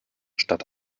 statt